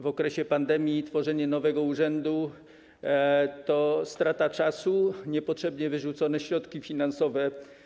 W okresie pandemii tworzenie nowego urzędu to strata czasu, niepotrzebnie wyrzucone środki finansowe.